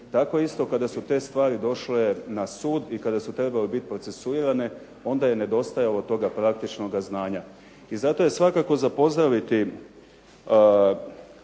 tako isto kada su te stvari došle na sud ili kada su trebale biti procesuirane onda je nedostajalo toga praktičnoga znanja. I zato je svakako za pozdraviti